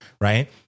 Right